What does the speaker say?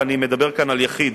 ואני מדבר כאן על יחיד,